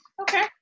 Okay